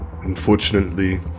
Unfortunately